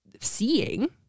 seeing